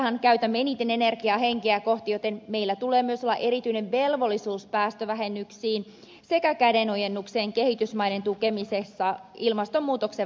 teollisuusmaissahan käytämme eniten energiaa henkeä kohti joten meillä tulee myös olla erityinen velvollisuus päästövähennyksiin sekä kädenojennukseen kehitysmaiden tukemisessa ilmastonmuutoksen vastaisessa työssä